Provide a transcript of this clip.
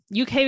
UK